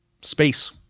space